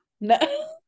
No